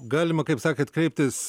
galima kaip sakėt kreiptis